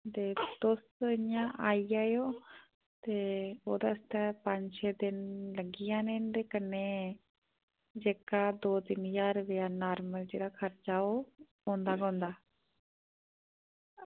ते तुस इंया आई जाएओ ते ओह्दे आस्तै पंज छे दिन लग्गी जाने न ते कन्नै जेह्का दौ तिन ज्हार रपेआ नार्मल जेह्ड़ा खर्चा ओह् होंदा गै होंदा